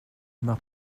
mar